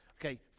Okay